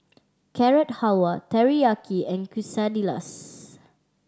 Carrot Halwa Teriyaki and Quesadillas